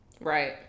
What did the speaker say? right